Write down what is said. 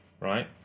right